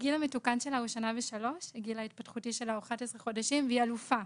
הגיל המתוקן שלה הוא 1.3 והגיל ההתפתחותי שלה הוא 11 חודשים והיא אלופה.